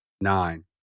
nine